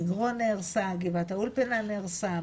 גבעת האולפנה נהרסה,